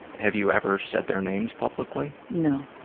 have you ever said their names publicly? no.